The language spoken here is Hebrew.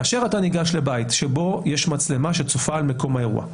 כאשר אתה ניגש לבית שבו יש מצלמה שצופה על מקום האירוע,